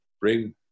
bring